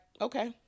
okay